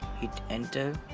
hit enter